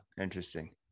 Interesting